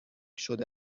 شده